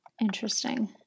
Interesting